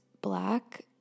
black